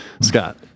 Scott